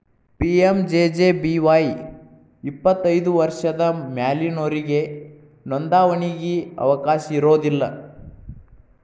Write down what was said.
PMJJBY ಐವತ್ತೈದು ವರ್ಷದ ಮ್ಯಾಲಿನೊರಿಗೆ ನೋಂದಾವಣಿಗಿ ಅವಕಾಶ ಇರೋದಿಲ್ಲ